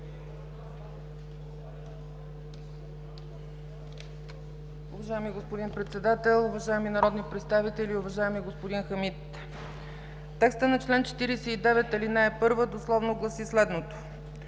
Уважаеми господин Председател, уважаеми народни представители! Уважаеми господин Хамид, текстът на чл. 49, ал. 1 дословно гласи следното: